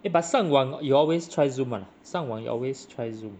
eh but 上网 you always try Zoom [one] ah 上网 you always try Zoom